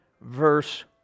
verse